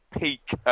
peak